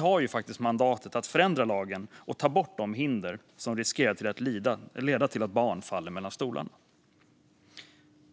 har mandatet att förändra lagen och ta bort de hinder som riskerar att leda till att barn faller mellan stolarna.